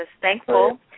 thankful